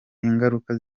ingaruka